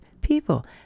people